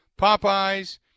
Popeyes